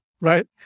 right